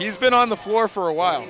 he's been on the floor for a while